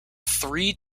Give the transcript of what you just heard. three